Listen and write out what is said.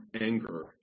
anger